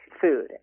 food